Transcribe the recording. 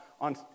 on